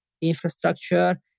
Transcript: infrastructure